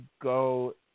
go